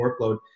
workload